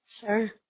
Sure